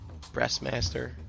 breastmaster